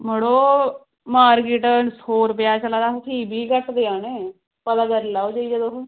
मड़ो मार्किट सौ रपेआ चला दी अस भी घट्ट कराने पता करी लैओ तुस